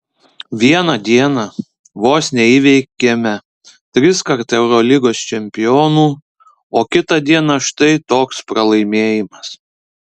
vieną dieną vos neįveikėme triskart eurolygos čempionų o kitą dieną štai toks pralaimėjimas